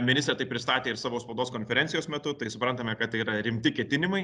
ministrė tai pristatė ir savo spaudos konferencijos metu tai suprantame kad tai yra rimti ketinimai